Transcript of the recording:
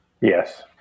Yes